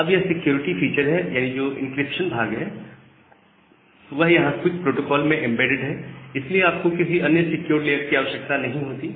अब यह जो सिक्योरिटी फीचर है यानी जो इंक्रिप्शन भाग है वह यहां क्विक प्रोटोकॉल में एंबेडेड है और इसलिए आपको किसी अन्य सिक्योर लेयर की आवश्यकता नहीं होती है